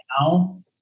now